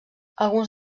alguns